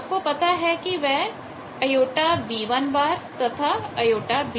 आपको पता है कि वह jB1 तथा jB2 हैं